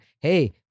Hey